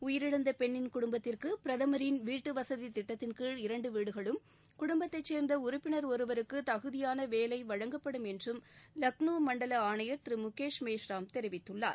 உயிரிழந்த பெண்ணின் குடும்பத்திற்கு பிரதமரின் வீட்டு வசதி திட்டத்தின்கீழ் இரண்டு வீடுகளும் குடும்பத்தை சேர்ந்த உறுப்பினர் ஒருவருக்கு தகுதியான வேலை வழங்கப்படும் என்றும் லக்னோ மண்டல ஆணையர் திரு முகேஷ் மேஷ்ராம் தெரிவித்துள்ளார்